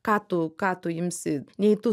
ką tu ką tu imsi nei tu